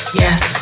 yes